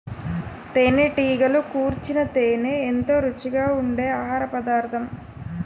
తేనెటీగలు కూర్చిన తేనే ఎంతో రుచిగా ఉండె ఆహారపదార్థం